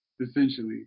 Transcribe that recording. essentially